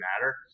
matter